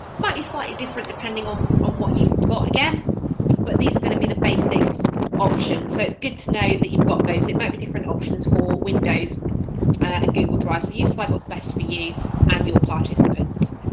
might be slightly different depending on ah what you've got again but these are going to be the basic options so it's good to know that you've got those. it might be different options for windows and google drive so you decide what's best for you and your participants.